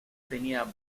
tenía